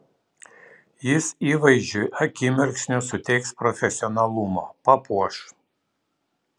jis įvaizdžiui akimirksniu suteiks profesionalumo papuoš